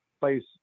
place